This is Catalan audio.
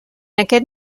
aquest